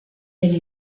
elle